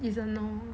is a no